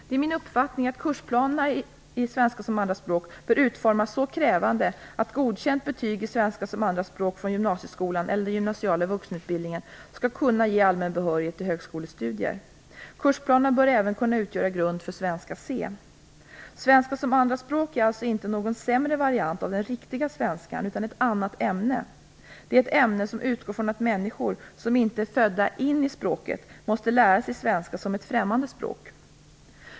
Det är min uppfattning att kursplanerna i svenska som andraspråk bör utformas så krävande att godkänt betyg i svenska som andraspråk från gymnasieskolan eller den gymnasiala vuxenutbildningen skall kunna ge allmän behörighet till högskolestudier. Kursplanerna bör även kunna utgöra grund för Svenska C. Svenska som andraspråk är alltså inte någon sämre variant av den "riktiga" svenskan utan ett annat ämne. Det är ett ämne som utgår från att människor som inte är födda in i språket måste lära sig svenska som ett främmande språk.